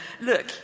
look